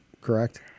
Correct